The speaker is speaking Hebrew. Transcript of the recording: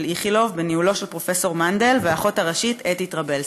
איכילוב בניהולו של פרופ' מנדל והאחות הראשית אתי טרבלסי.